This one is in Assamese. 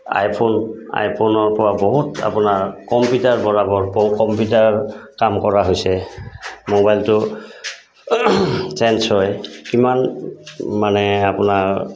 আইফোন আইফোনৰপৰা বহুত আপোনাৰ কম্পিউটাৰ কম্পিউটাৰ কাম কৰা হৈছে মোবাইলটো চেঞ্ঞ্চ হয় কিমান মানে আপোনাৰ